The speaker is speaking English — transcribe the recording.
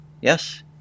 Yes